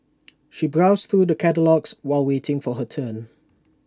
she browsed through the catalogues while waiting for her turn